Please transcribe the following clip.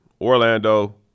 Orlando